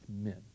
men